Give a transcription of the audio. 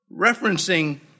Referencing